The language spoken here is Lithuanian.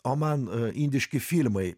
o man indiški filmai